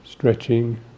stretching